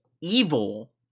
evil